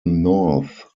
north